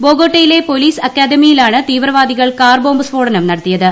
ബോഗോട്ടയിലെ police അക്കാദമിയിലാണ് തീവ്രവാദികൾ car bomb സ്ഫോടനം നടത്തിയത്